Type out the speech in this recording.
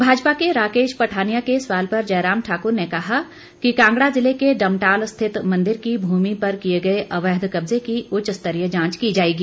भाजपा के राकेश पठानिया के सवाल पर जयराम ठाकुर ने कहा कि कांगड़ा ज़िले के डमटाल स्थित मंदिर की भूमि पर किए गए अवैध कब्जे की उच्च स्तरीय जांच की जाएगी